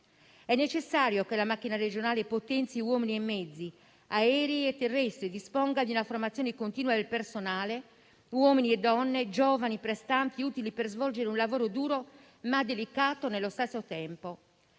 È necessario che la macchina regionale potenzi uomini e mezzi, aerei e terrestri, e disponga una formazione continua del personale, uomini e donne, giovani prestanti utili per svolgere un lavoro duro, ma delicato nello stesso tempo.